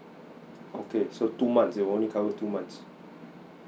okay so two months they only cover two months